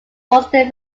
boston